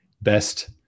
best